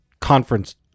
conference